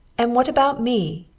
and what about me?